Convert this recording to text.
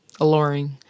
alluring